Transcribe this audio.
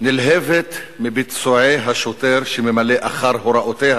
נלהבת מביצועי השוטר שממלא אחר הוראותיה